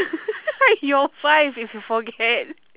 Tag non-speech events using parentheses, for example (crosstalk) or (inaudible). i'm your wife if you forget (laughs)